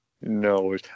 No